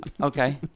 Okay